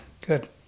Good